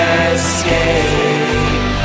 escape